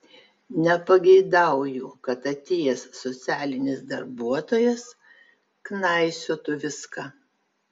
nepageidauju kad atėjęs socialinis darbuotojas knaisiotų viską